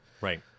right